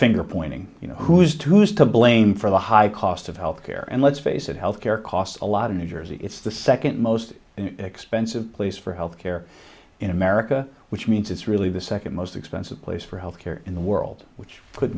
finger pointing you know who's to use to blame for the high cost of health care and let's face it health care costs a lot in new jersey it's the second most expensive place for health care in america which means it's really the second most expensive place for health care in the world which could